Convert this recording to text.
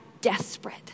desperate